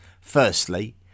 Firstly